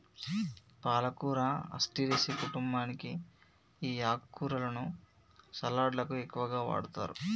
పాలకూర అస్టెరెసి కుంటుంబానికి ఈ ఆకుకూరలను సలడ్లకు ఎక్కువగా వాడతారు